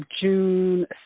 June